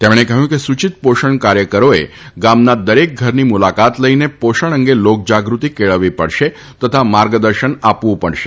તેમણે કહ્યું કે સૂચિત પોષણ કાર્યકરોએ ગામના દરેક ઘરની મુલાકાત લઇને પોષણ અંગે લોકજાગૃતિ કેળવણી પડશે તથા માર્ગદર્શન આપવું પડશે